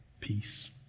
peace